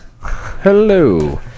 Hello